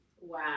Wow